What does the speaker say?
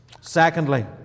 Secondly